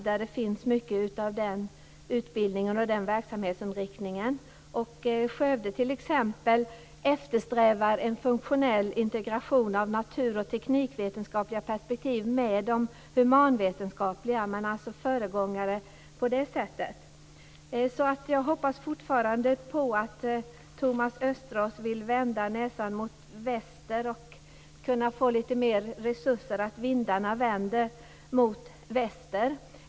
Där finns mycket av den utbildningen och den verksamhetsinriktningen. Skövde t.ex. eftersträvar en funktionell integration av natur och teknikvetenskapliga perspektiv med de humanvetenskapliga. Man är alltså föregångare på det sättet. Jag hoppas fortfarande att Thomas Östros vill vända näsan mot väster och ge lite mer resurser, så att vindarna vänder mot väster.